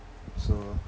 so